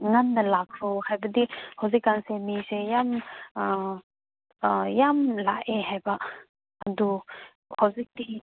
ꯉꯟꯅ ꯂꯥꯛꯈ꯭ꯔꯣ ꯍꯥꯏꯕꯗꯤ ꯍꯧꯖꯤꯛꯀꯥꯟꯁꯦ ꯃꯤꯁꯦ ꯌꯥꯝ ꯌꯥꯝꯅ ꯂꯥꯛꯑꯦ ꯍꯥꯏꯕ ꯑꯗꯨ ꯍꯧꯖꯤꯛꯇꯤ